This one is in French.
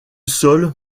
sol